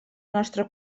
nostra